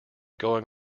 going